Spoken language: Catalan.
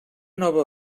nova